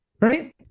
Right